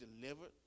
delivered